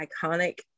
iconic